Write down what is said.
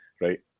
right